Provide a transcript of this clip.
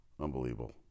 Unbelievable